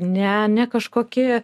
ne ne kažkoki